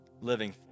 living